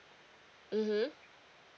mmhmm